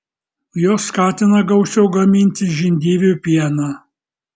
jos skatina gausiau gamintis žindyvių pieną